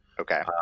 Okay